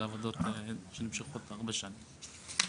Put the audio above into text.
אלה עבודות שנמשכות הרבה שנים,